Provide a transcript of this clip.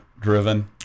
driven